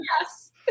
yes